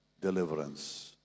deliverance